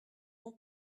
mon